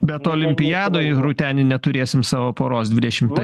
bet olimpiadoje rūtenį neturėsim savo poros dvidešimtai